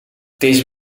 deze